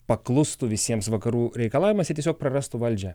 paklustų visiems vakarų reikalavimas jie tiesiog prarastų valdžią